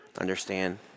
understand